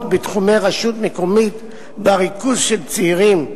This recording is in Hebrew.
בתחומי רשות מקומית שבה ריכוז של צעירים,